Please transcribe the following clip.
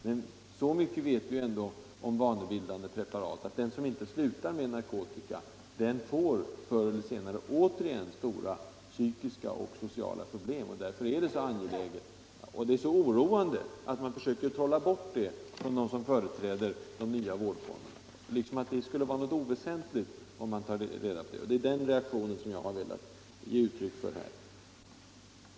Men så mycket vet vi om vanebildande preparat, att den som inte slutar med dem, förr eller senare återfår svåra psykiska och sociala problem. Därför är det oroande när de som företräder de nya vårdformerna försöker trolla bort detta och menar att det skulle vara oväsentligt att ta reda på. Det är en reaktion mot den inställningen som jag har velat ge uttryck för.